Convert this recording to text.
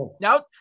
now